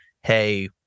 hey